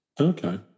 Okay